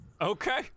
Okay